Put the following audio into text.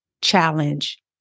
challenge